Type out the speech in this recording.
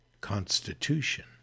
Constitution